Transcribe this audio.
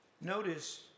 Notice